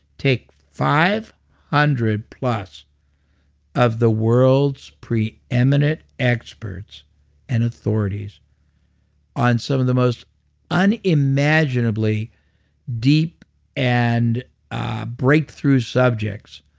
take five hundred plus of the world's preeminent experts and authorities on some of the most unimaginably deep and ah breakthrough subjects.